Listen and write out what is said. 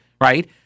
right